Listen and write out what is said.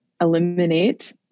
eliminate